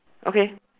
okay